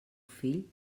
fill